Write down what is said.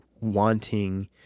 wanting